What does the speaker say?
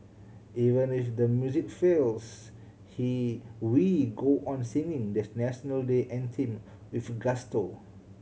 even if the music fails he we go on singing the National Day Anthem with gusto